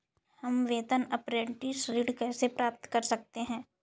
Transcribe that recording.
हम वेतन अपरेंटिस ऋण कैसे प्राप्त कर सकते हैं?